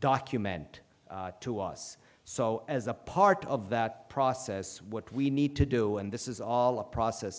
document to us so as a part of that process what we need to do and this is all a process